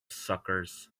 suckers